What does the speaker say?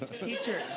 teacher